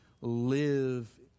live